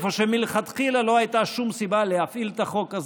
שבהם מלכתחילה לא הייתה שום סיבה להפעיל את החוק הזה,